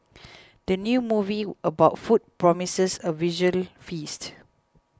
the new movie about food promises a visual feast